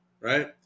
right